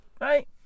right